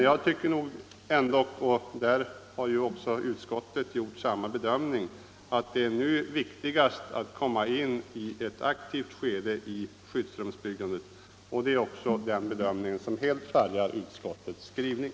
Jag tycker ändock — och där har utskottet gjort samma bedömning — att det nu är viktigast att komma in i ett aktivt skede i skyddsrumsbyggandet. Det är också den bedömningen som helt präglar utskottets skrivning.